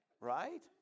Right